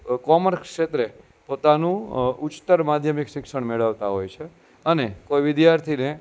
commerce ક્ષેત્રે પોતાનું ઉચ્ચતર માધ્યમિક શિક્ષણ મેળવતા હોય છે અને કોઈ વિદ્યાર્થીને